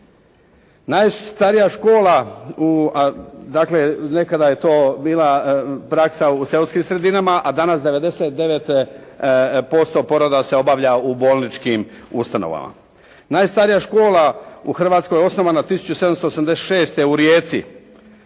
Najstarija škola u, dakle nekada je to bila praksa u seoskim sredinama, a danas 99% poroda se obavlja u bolničkim ustanovama. Najstarija škola u Hrvatskoj osnovana 1786. u Rijeci.